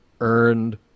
earned